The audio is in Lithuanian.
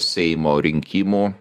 seimo rinkimų